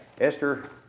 Esther